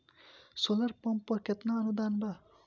Solar pump पर केतना अनुदान बा?